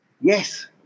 Yes